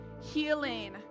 healing